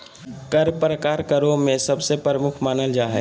कर प्रकार करों में सबसे प्रमुख मानल जा हय